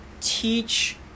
teach